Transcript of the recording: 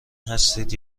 هستید